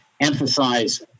emphasize